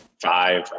five